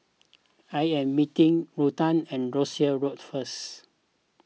I am meeting Rutha at Russels Road first